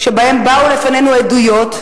שבו באו לפנינו עדויות,